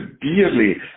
dearly